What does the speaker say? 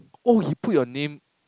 oh he put your name